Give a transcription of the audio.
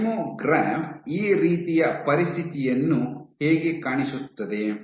kymograph ಈ ರೀತಿಯ ಪರಿಸ್ಥಿತಿಯನ್ನು ಹೇಗೆ ಕಾಣಿಸುತ್ತದೆ